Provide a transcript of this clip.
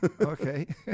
Okay